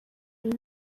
iyi